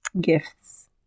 Gifts